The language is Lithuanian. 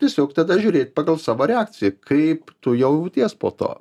tiesiog tada žiūrėt pagal savo reakciją kaip tu jauties po to